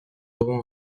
aurons